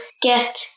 get